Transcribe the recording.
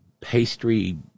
pastry